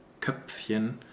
Köpfchen